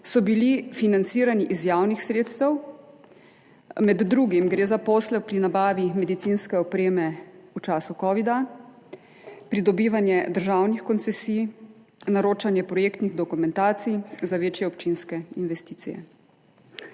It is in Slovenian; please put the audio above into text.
so bili financirani iz javnih sredstev, med drugim gre za posle pri nabavi medicinske opreme v času covida, pridobivanje državnih koncesij, naročanje projektnih dokumentacij za večje občinske investicije.